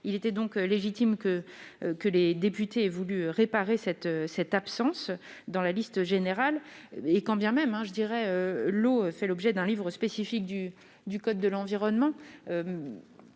Il était donc légitime que les députés souhaitent combler cette absence dans la liste générale. Quand bien même l'eau fait l'objet d'un livre spécifique du code de l'environnement,